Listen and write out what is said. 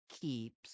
keeps